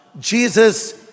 Jesus